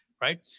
right